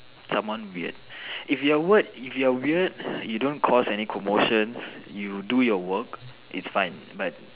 someone weird if you work if you're weird you do your work it's fine but